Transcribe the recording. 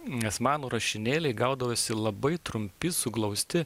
nes mano rašinėliai gaudavosi labai trumpi suglausti